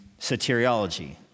soteriology